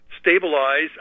Stabilize